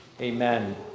Amen